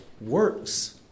works